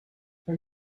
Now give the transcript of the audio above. are